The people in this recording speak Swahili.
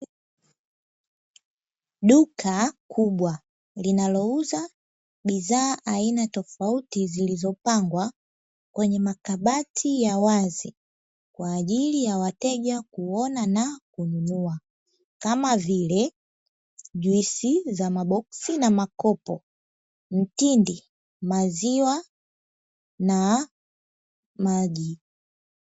Duka kubwa linalouza bidhaa aina tofauti zilizopangwa kwenye makabati ya wazi kwaajili ya wateja kuona na kununua kama vile juisi za maboksi na makopo, mtindi, maziwa na maji.